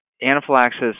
Anaphylaxis